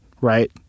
right